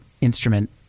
instrument